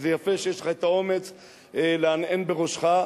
וזה יפה שיש לך האומץ להנהן בראשך,